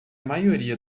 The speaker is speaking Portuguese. maioria